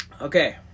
Okay